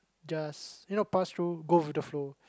just you know pass through go over the flow